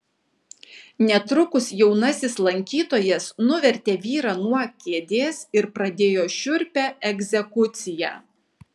netrukus jaunasis lankytojas nuvertė vyrą nuo kėdės ir pradėjo šiurpią egzekuciją